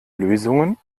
lösungen